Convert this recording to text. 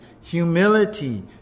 humility